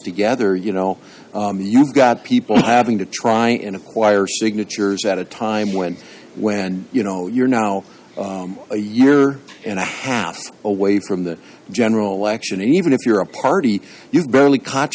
together you know you've got people to try and acquire signatures at a time when when you know you're not oh a year and a half away from the general election even if you're a party you barely caught